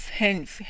hence